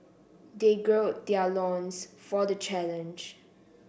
they gird their loins for the challenge